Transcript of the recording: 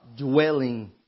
dwelling